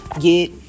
get